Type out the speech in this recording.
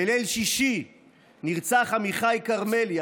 בליל שישי נרצח עמיחי כרמלי,